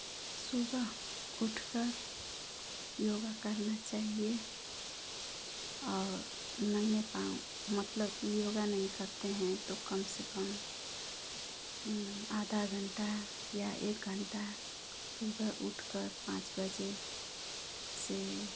सुबह उठकर योगा करना चाहिए और नंगे पाँव मतलब योगा नहीं करते हैं तो कम से कम आधा घंटा या एक घंटा सुबह उठकर पाँच बजे से